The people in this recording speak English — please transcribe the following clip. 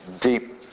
Deep